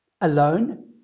alone